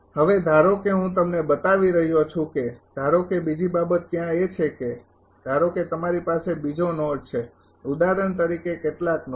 હવે ધારો કે હું તમને બતાવી રહ્યો છું કે ધારો કે બીજી બાબત ત્યાં એ છે કે ધારો કે તમારી પાસે બીજો નોડ છે ઉદાહરણ તરીકે કેટલાક નોડ